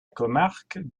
comarque